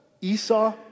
Esau